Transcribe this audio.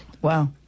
Wow